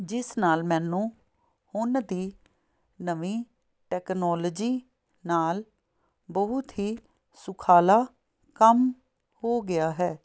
ਜਿਸ ਨਾਲ ਮੈਨੂੰ ਹੁਣ ਦੀ ਨਵੀਂ ਟੈਕਨੋਲੋਜੀ ਨਾਲ ਬਹੁਤ ਹੀ ਸੁਖਾਲਾ ਕੰਮ ਹੋ ਗਿਆ ਹੈ